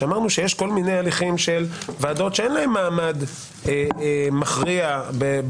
שאמרנו שיש כל מיני הליכים של ועדות שאין להן מעמד מכריע בתהליך,